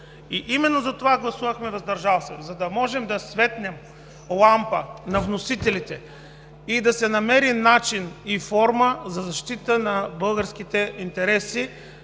Именно затова гласувахме „въздържал се“ – за да можем да светнем лампа на вносителите и да се намери начин и форма за защита на българските интереси.